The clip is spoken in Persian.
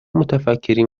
متفکرین